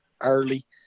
early